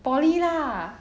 poly lah